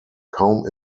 kaum